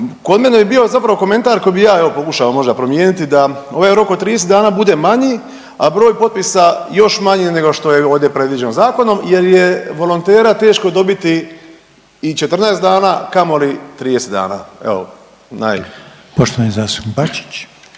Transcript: Kod mene je bio zapravo komentar koji bi ja evo pokušao možda promijeniti da ovaj rok od 30 dana bude manji, a broj potpisa još manji nego što je ovdje predviđeno zakonom jer je volontera teško dobiti i 14 dana, a kamoli 30 dana. Evo. **Reiner,